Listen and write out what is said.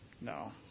no